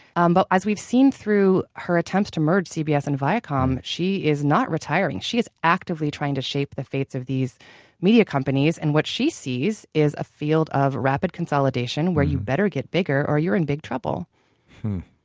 um but as we've seen through her attempts to merge cbs and viacom, she is not retiring. she is actively trying to shape the fates of these media companies and what she sees is a field of rapid consolidation where you better get bigger or you're in big trouble